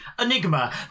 Enigma